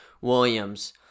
Williams